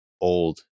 old